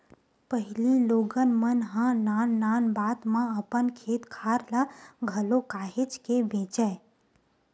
पहिली लोगन मन ह नान नान बात म अपन खेत खार ल घलो काहेच के बेंचय